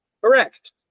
Correct